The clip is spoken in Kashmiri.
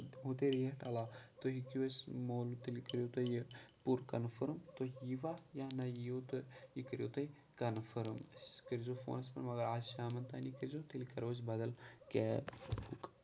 بہٕ دِمو تۄہہِ ریٹ عَلاوٕ تُہۍ ہیٚکِو اَسہِ مولتُلہِ تیٚلہِ کٔرِو تُہۍ یہِ پوٗرٕ کَنفٲرٕم تُہۍ ییٖوا یا نہ یِیِو تہٕ یہِ کٔرِو تُہۍ کَنفٲرٕم اَسہِ کٔرۍزیو فونَس پٮ۪ٹھ مَگر آز شامَن تانی کٔرۍزیو تیٚلہِ کَرو أسۍ بَدل کیب بُک